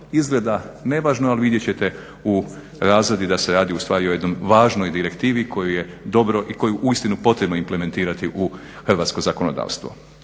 Izgleda nevažno ali vidjet ćete u razradi da se radi ustvari o jednoj važnoj direktivi koju je dobro i koju je uistinu potrebno implementirati u hrvatsko zakonodavstvo.